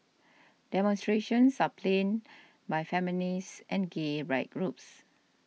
demonstrations are planned by feminist and gay rights groups